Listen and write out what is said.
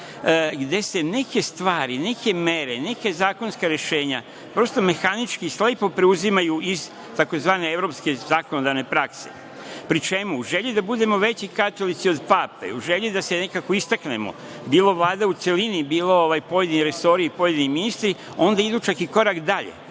gde se neke stvari, neke mere, neka zakonska rešenja prosto mehanički, preuzimaju iz tzv. evropske zakonodavne prakse. Pri čemu u želji da budemo veći katolici od pape, u želji da se nekako istaknemo, bilo Vlada u celini, bilo pojedini resori i pojedini ministri, onda idu čak i korak dalje,